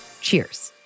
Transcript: Cheers